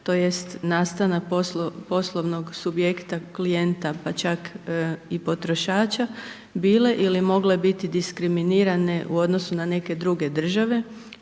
to jest nastana poslovnog subjekta klijenta, pa čak i potrošača, bile ili mogle biti diskriminirane u odnosu na neke druge države,